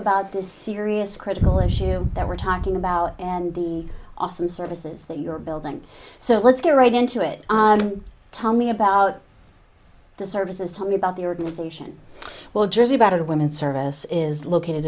about this serious critical issue that we're talking about and the awesome services that you're building so let's get right into it tell me about the services tell me about the organization well jersey battered women service is located